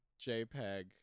JPEG